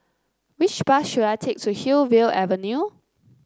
which bus should I take to Hillview Avenue